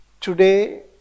Today